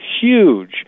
huge